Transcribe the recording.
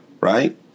right